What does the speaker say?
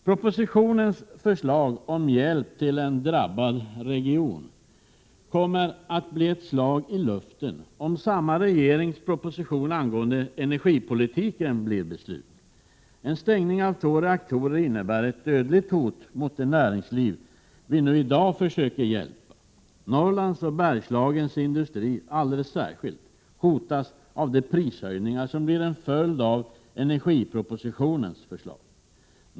Propositionens förslag om hjälp till en drabbad region kommer att bli ett slag i luften, om samma regerings proposition angående energipolitiken går igenom. En avstängning av två reaktorer innebär ett dödligt hot mot det näringsliv vi i dag försöker hjälpa. Norrlands och Bergslagens industri hotas alldeles särskilt av en prishöjning som blir en följd av energipropositionens förslag.